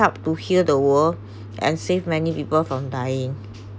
help to heal the world and save many people from dying